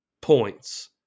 points